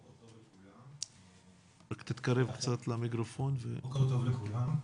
א.ש: בוקר טוב לכולם,